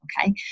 Okay